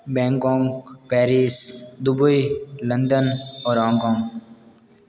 Bangkok Paris Dubai London और Hong Kong